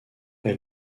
est